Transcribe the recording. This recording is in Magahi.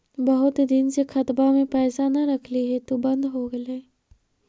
बहुत दिन से खतबा में पैसा न रखली हेतू बन्द हो गेलैय?